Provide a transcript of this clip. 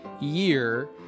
year